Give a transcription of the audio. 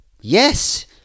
Yes